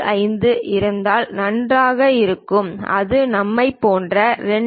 75 செய்தால் நன்றாக இருந்தால் அது நம்மைப் போன்ற 2